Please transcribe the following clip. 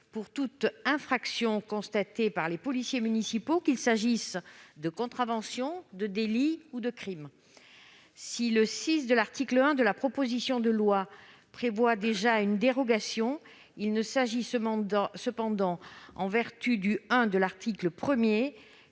pour toute infraction constatée par les policiers municipaux, qu'il s'agisse de contraventions, de délits ou de crimes. Le VI de l'article 1 de la proposition de loi prévoit d'ores et déjà une dérogation. Il ne s'agit cependant, en vertu du I de l'article 1,